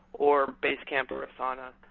or basecamp, or asana,